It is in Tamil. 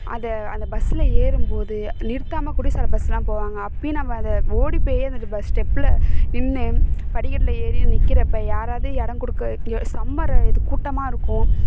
அதை அந்த பஸ்ஸில் ஏறும்போது நிறுத்தாமல் கூட சில பஸ்லாம் போவாங்க அப்போயும் நம்ம அதை ஓடி போய் வந்துட்டு பஸ் ஸ்டெப்பில் நின்று படிக்கட்டில் ஏறி நிற்கிறப்ப யாராவது இடம் கொடுக்க இங்கே செம்ம இது கூட்டமாக இருக்கும்